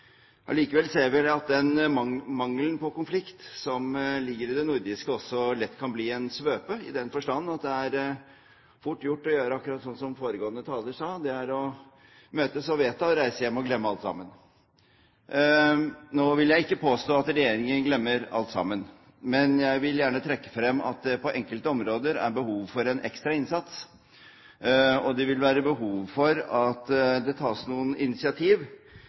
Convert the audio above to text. Allikevel ser vi at den mangelen på konflikt som ligger i det nordiske, også lett kan bli en svøpe i den forstand at det er fort gjort å gjøre akkurat som nest siste taler sa, møtes og vedta, reise hjem og glemme alt sammen. Nå vil jeg ikke påstå at regjeringen glemmer alt sammen. Men jeg vil gjerne trekke frem at det på enkelte områder er behov for en ekstra innsats, og det vil være behov for at det tas noen initiativ